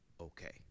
okay